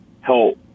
help